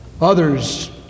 Others